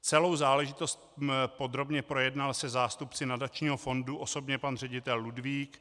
Celou záležitost podrobně projednal se zástupci nadačního fondu osobně pan ředitel Ludvík.